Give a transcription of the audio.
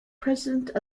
president